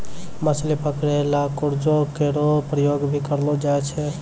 मछली पकरै ल क्रूजो केरो प्रयोग भी करलो जाय छै